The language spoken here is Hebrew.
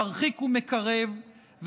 מרחיק ומקרב,